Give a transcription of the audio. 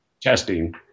testing